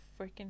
freaking